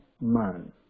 man